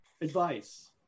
advice